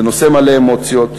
זה נושא מלא אמוציות,